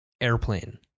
airplane